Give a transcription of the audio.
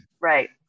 Right